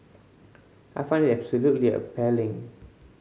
I find absolutely appalling